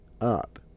up